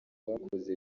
bakoze